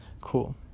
Cool